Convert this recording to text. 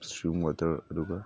stream water ꯑꯗꯨꯒ